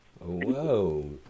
Whoa